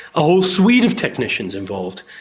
a whole suite of technicians involved,